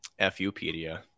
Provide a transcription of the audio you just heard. fupedia